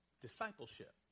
discipleship